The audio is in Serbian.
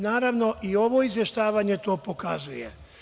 Naravno, i ovo izveštavanje to pokazuje.